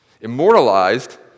immortalized